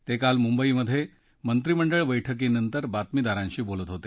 ते काल मुंबईत मंत्रिमंडळ बैठकीनंतर बातमीदारांशी बोलत होते